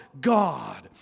God